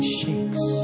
shakes